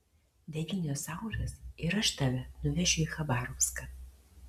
devynios saulės ir aš tave nuvešiu į chabarovską